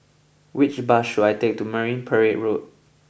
which bus should I take to Marine Parade Road